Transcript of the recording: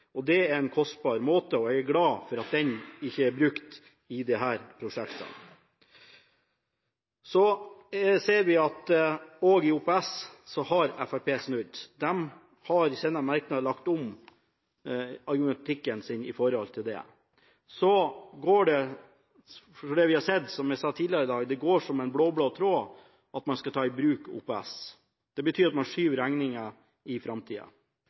finansiering. Det er en kostbar måte, og jeg er glad for at den ikke er brukt i disse prosjektene. Vi ser at også når det gjelder OPS, har Fremskrittspartiet snudd. Partiet har i merknadene lagt om argumentasjonen sin vedrørende det. Vi har sett, som jeg sa tidligere i dag, at det går som en blå-blå tråd at man skal ta i bruk OPS. Det betyr at man skyver regningen inn i